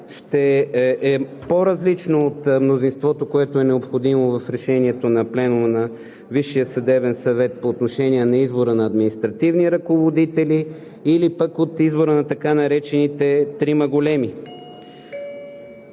ще е по-различно от мнозинството, което е необходимо в решението на Пленума на Висшия съдебен съвет по отношение на избора на административни ръководители или пък от избора на така наречените трима големи.